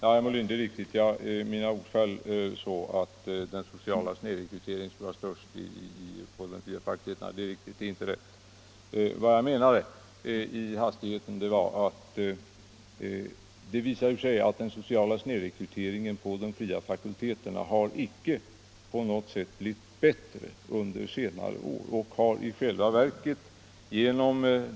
Fru talman! Det är riktigt, herr Molin, att mina ord i hastigheten föll så att den sociala snedrekryteringen skulle vara störst på de fria fakulteterna. Detta är inte korrekt. Vad jag avsåg att säga var att det visar sig att de fria fakulteterna icke på något sätt skapat garantier mot den sociala snedrekryteringen.